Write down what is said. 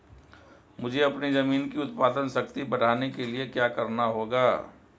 मुझे अपनी ज़मीन की उत्पादन शक्ति बढ़ाने के लिए क्या करना होगा?